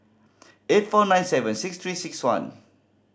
eight four nine seven six Three Six One